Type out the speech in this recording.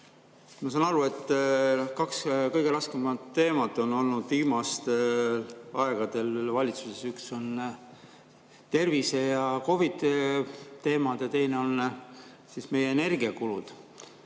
Ma saan aru, et kaks kõige raskemat teemat on olnud viimastel aegadel valitsuses: üks on tervise- ja COVID-i teemad, teine on meie energiakulud.